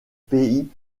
pays